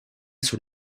sur